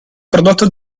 prodotto